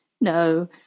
no